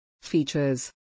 Features